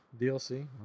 DLC